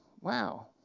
wow